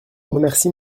remercie